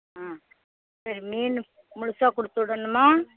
ஆ சரி மீன் முழுசா கொடுத்து விடணுமா